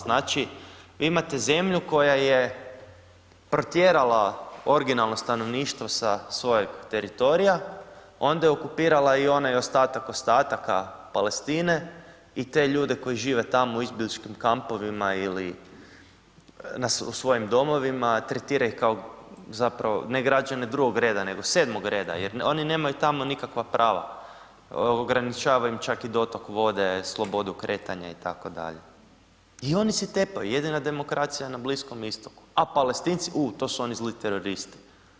Znači, vi imate zemlju koja je protjerala originalno stanovništvo sa svojeg teritorija, onda je okupirala i onaj ostatak ostataka Palestine i te ljude koji žive tamo u izbjegličkim kampovima ili u svojim domovima, tretira ih kao zapravo ne građane drugog reda, nego sedmog reda jer oni nemaju tamo nikakva prava, ograničavaju im čak i dotok vode, slobodu kretanja itd. i oni si tepaju jedina demokracija na Bliskom Istoku, a Palestinci, u to su oni zli teroristi.